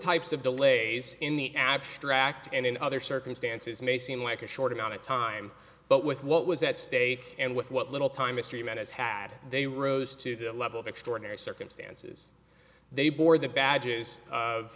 types of delays in the abstract and in other circumstances may seem like a short amount of time but with what was at stake and with what little time mystery man has had they rose to the level of extraordinary circumstances they bore the badges of